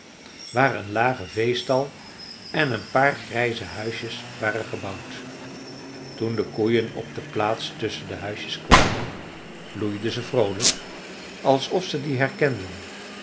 waar een lage veestal en een paar grijze huisjes waren gebouwd toen de koeien op de plaats tusschen de huisjes kwamen loeiden ze vroolijk alsof ze die herkenden